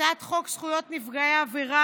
הצעת חוק זכויות נפגעי עבירה